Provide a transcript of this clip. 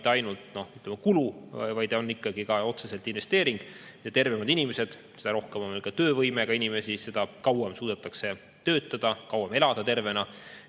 ainult kulu, vaid see on ikkagi otseselt investeering. Mida tervemad inimesed, seda rohkem on meil ka töövõimega inimesi, seda kauem suudetakse töötada ja kauem elada tervena.